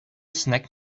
snagged